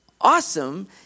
awesome